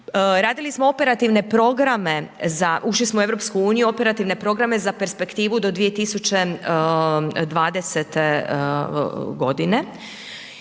Radili smo operativne programe za, ušli smo u EU, operativne programe za perspektivu do 2020. godine.